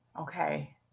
Okay